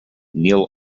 neil